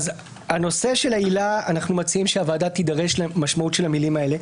הנושא של העילה אנחנו מציעים שהוועדה תידרש למשמעות של המילים האלה.